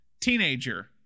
teenager